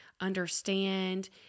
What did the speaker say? understand